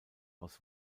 aus